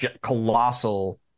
colossal